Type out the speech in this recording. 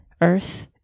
earth